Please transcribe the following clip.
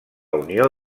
unió